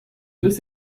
this